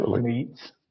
meats